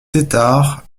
tétart